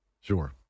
Sure